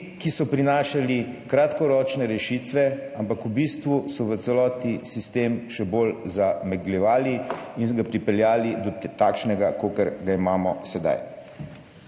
ki so prinašali kratkoročne rešitve, ampak v bistvu so v celoti sistem še bolj zamegljevali in ga pripeljali do takšnega, kakor ga imamo sedaj.